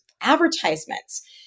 advertisements